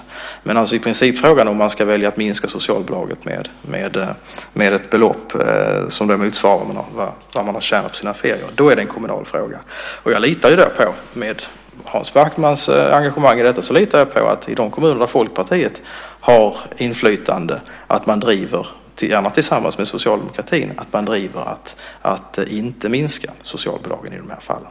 Principfrågan, det vill säga om man ska välja att minska socialbidraget med ett belopp som motsvarar vad man har tjänat på sina ferier är en kommunal fråga. Med Hans Backmans engagemang i detta litar jag på att man i de kommuner där Folkpartiet har inflytande driver - gärna tillsammans med Socialdemokraterna - att inte minska socialbidragen i de här fallen.